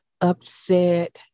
upset